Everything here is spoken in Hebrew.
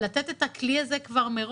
לתת את הכלי הזה מראש.